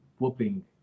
whooping